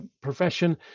profession